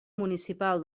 municipal